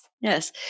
Yes